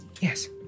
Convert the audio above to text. Yes